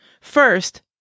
First